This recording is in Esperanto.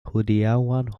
hodiaŭan